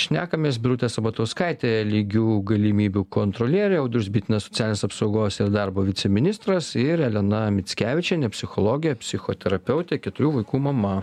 šnekamės birutė sabatauskaitė lygių galimybių kontrolierė audrius bitinas socialinės apsaugos ir darbo viceministras ir elena mickevičienė psichologė psichoterapeutė keturių vaikų mama